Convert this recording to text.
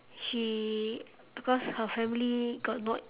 she because her family got not